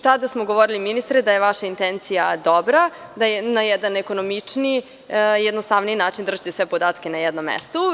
Tada smo govorili, ministre, da je vaša intencija dobra - na jedan ekonomičniji, jednostavniji način držati sve podatke na jednom mestu.